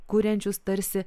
kuriančius tarsi